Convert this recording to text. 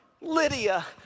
Lydia